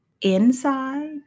inside